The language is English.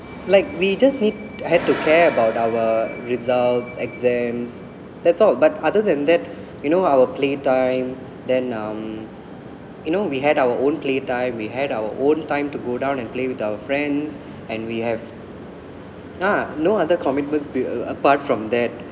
like we just need had to care about our results exams that's all but other than that you know our play time then um you know we had our own play time we had our own time to go down and play with our friends and we have ah no other commitments a~ apart from that